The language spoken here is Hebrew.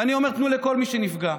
ואני אומר: תנו לכל מי שנפגע.